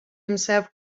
himself